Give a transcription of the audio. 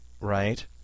right